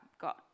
got